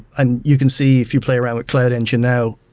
and you can see if you play around with cloud engine now,